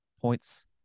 points